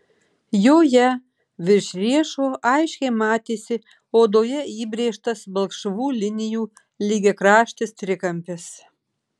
joje virš riešo aiškiai matėsi odoje įbrėžtas balkšvų linijų lygiakraštis trikampis